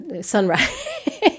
Sunrise